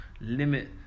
limit